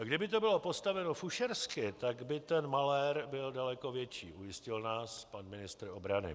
Kdyby to bylo postaveno fušersky, tak by ten malér byl daleko větší, ujistil nás pan ministr obrany.